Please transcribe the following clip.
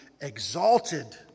exalted